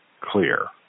clear